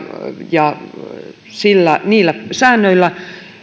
ja niillä säännöillä